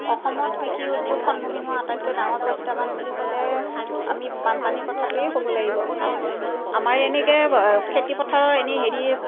অসমত কৃষি উদ্যোগ সন্মুখীন হোৱা আটাইতকৈ প্ৰত্যাহ্বান বুলি ক'লে আমি বানপানীৰ কথাটোৱেই ক'ব লাগিব কাৰণ আমাৰ এনেকে খেতি পথাৰৰ হেৰি